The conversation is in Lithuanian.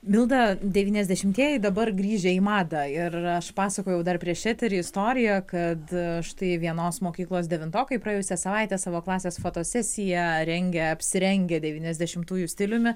milda devyniasdešimtieji dabar grįžę į madą ir aš pasakojau dar prieš eterį istoriją kad štai vienos mokyklos devintokai praėjusią savaitę savo klasės fotosesiją rengia apsirengę devyniasdšimtųjų stiliumi